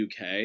UK